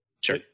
sure